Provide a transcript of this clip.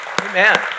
Amen